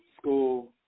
school